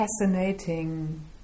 fascinating